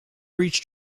reach